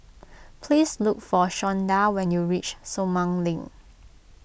please look for Shawnda when you reach Sumang Link